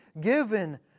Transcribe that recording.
given